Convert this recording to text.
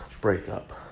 breakup